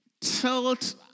tilt